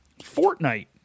Fortnite